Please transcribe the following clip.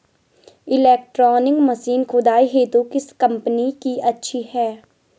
Electronic machine खुदाई हेतु किस कंपनी की अच्छी है?